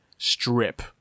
strip